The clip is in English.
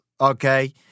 okay